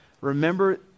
remember